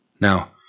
Now